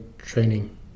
training